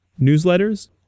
newsletters